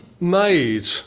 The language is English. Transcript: made